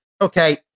Okay